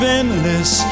endless